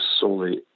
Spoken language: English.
solely